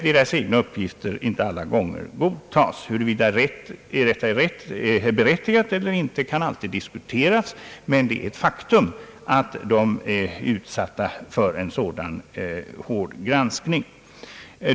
Deras egna uppgifter godtas i detta fall kanske inte alla gånger — huruvida detta är berättigat eller inte kan alltid diskuteras — men det är ett faktum att de är utsatta för en sådan hård granskning.